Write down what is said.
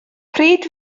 pryd